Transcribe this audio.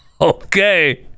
Okay